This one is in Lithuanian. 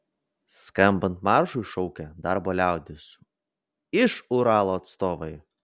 skambant maršui šaukė darbo liaudies iš uralo atstovai